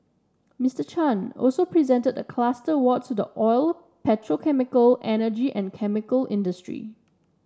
Mister Chan also presented a cluster awards to the oil petrochemical energy and chemical industry